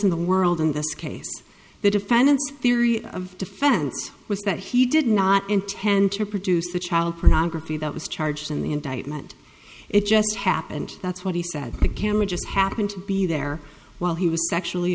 in the world in this case the defendant theory of defense was that he did not intend to produce the child pornography that was charged in the indictment it just happened that's what he said the camera just happened to be there while he was sexually